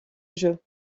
jeu